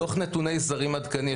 דוח נתוני זרים עדכני,